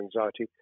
anxiety